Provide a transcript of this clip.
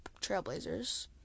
Trailblazers